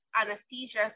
anesthesia